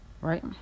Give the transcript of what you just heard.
right